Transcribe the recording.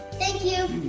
thank you.